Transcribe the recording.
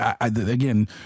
again